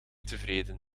tevreden